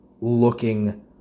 looking